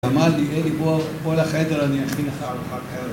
אמר לי, אלי, בוא בוא לחדר, אני אכין לך ארוחת ערב